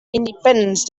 independence